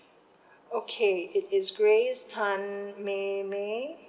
okay it t's grace tan mei mei